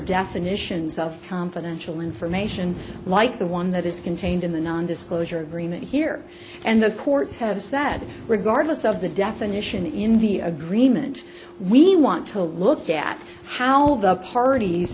definitions of confidential information like the one that is contained in the nondisclosure agreement here and the courts have said regardless of the definition in the agreement we want to look at how all the parties